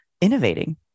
innovating